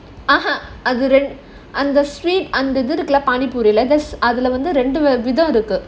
(uh huh) அந்த:andha sweet அந்த இது இருக்குல்ல:andha idhu irukula paani poori ரெண்டு விதம் இருக்கு:rendu vidham irukku